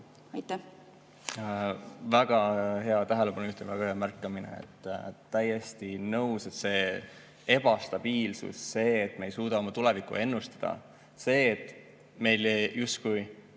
Väga hea tähelepanu juhtimine, väga hea märkamine! Täiesti nõus, et ebastabiilsus ja see, et me ei suuda oma tulevikku ennustada, see, et meil justkui